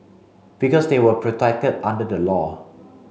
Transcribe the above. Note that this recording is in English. because they were protected under the law